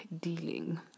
dealing